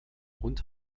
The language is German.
hund